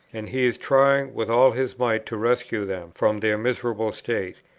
and he is trying with all his might to rescue them from their miserable state